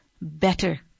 better